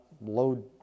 load